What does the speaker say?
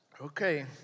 Okay